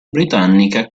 britannica